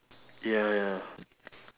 ya ya